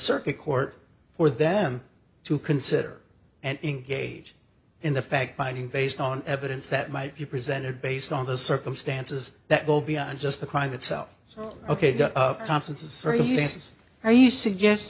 circuit court for them to consider and engage in the fact finding based on evidence that might be presented based on the circumstances that go beyond just the crime itself ok